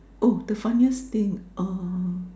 oh the funniest thing uh